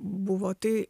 buvo tai